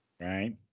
right